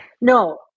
No